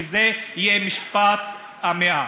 כי זה יהיה משפט המאה.